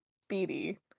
speedy